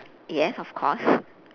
yes of course